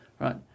Right